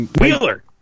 Wheeler